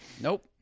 Nope